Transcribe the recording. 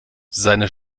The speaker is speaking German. seine